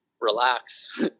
relax